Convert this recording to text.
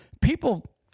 People